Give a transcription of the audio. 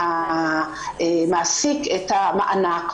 מהמעסיק את המענק?